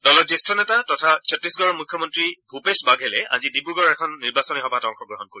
দলৰ জ্যেষ্ঠ নেতা তথা চট্টীশগড়ৰ মুখ্যমন্ত্ৰী ভূপেশ বাঘেলে আজি ডিব্ৰুগড়ৰ এখন নিৰ্বাচনী সভাত অংশগ্ৰহণ কৰিব